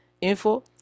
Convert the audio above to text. Info